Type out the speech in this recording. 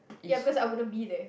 ya because I wouldn't be there